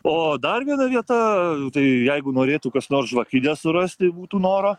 o dar viena vieta tai jeigu norėtų kas nors žvakidę surasti būtų noro